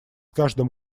каждым